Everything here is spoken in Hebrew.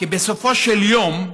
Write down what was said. כי בסופו של יום,